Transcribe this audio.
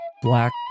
Black